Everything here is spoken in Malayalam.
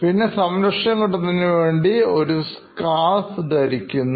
പിന്നെ സംരക്ഷണം കിട്ടുന്നതിനുവേണ്ടി ഒരു scarf ധരിക്കുന്നു